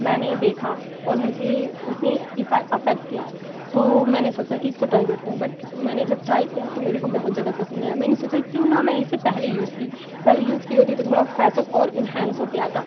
मैंने देखा और मुझे उसने अफ़ेक्ट किया तो मैंने सोचा कि इसको ट्राई करते हैं बट मैंने जब ट्राई किया तो मेरे को बहुत ज़्यादा पसंद आया मैंने सोचा क्यों ना मैं इसे पहले यूज़ की पहले यूज़ की होती तो थोड़ा फैसल और इंहैन्स होकर आता